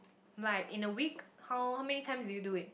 like in a week how how many times will you do it